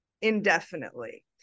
indefinitely